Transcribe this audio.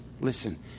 listen